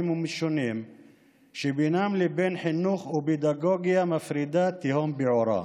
ומשונים שבינם לבין חינוך ופדגוגיה מפרידה תהום פעורה.